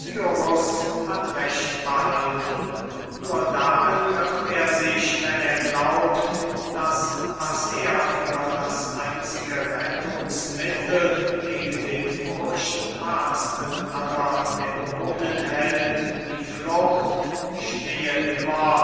hat recht behalten nur darin irrt er sich wenn er glaubt das was er für das einzige rettungsmittel gegen den furchtbarsten aller dämonen hält die flucht stehe immer